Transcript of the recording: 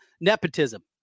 nepotism